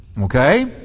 Okay